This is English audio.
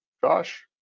josh